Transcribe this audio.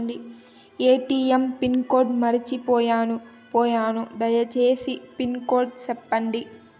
ATM PIN code మర్చిపోయాను పోయాను దయసేసి పిన్ కోడ్ సెప్పండి?